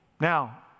Now